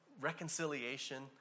reconciliation